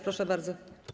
Proszę bardzo.